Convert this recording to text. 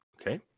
okay